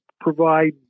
provide